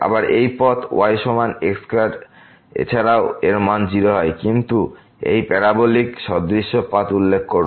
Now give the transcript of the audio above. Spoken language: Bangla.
আবার এই পথ y সমান x স্কয়ার এছাড়াও এর মান 0 হয় কিন্তু এই প্যারাবলিক সদৃশ পাথ উল্লেখ করুন